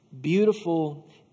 beautiful